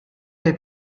dai